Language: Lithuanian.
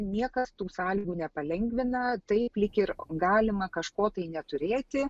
niekas tų sąlygų nepalengvina taip lyg ir galima kažko tai neturėti